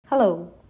Hello